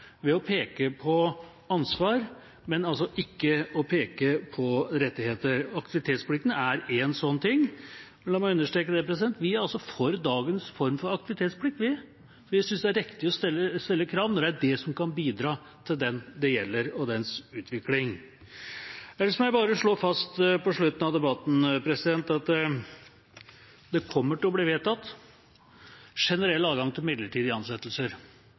ved å peke på ansvar, men ikke på rettigheter. Aktivitetsplikten er én sånn ting. Men la meg understreke: Vi er for dagens form for aktivitetsplikt. Vi synes det er riktig å stille krav når det er det som kan bidra for dem det gjelder og deres utvikling. Ellers må jeg bare slå fast på slutten av debatten at det kommer til å bli vedtatt generell adgang til midlertidige ansettelser,